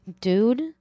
dude